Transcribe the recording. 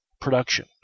production